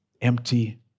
empty